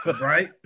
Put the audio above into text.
Right